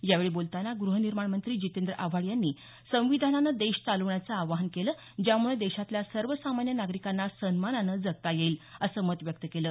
यावेळी बोलतांना गृहनिर्माण मंत्री जितेंद्र आव्हाड यांनी संविधानानं देश चालवण्याच आवाहन केलं ज्यामुळं देशातल्या सर्व सामान्य नागरिकांना सन्मानानं जगता येईल असं मत व्यक्त केलं